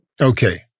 Okay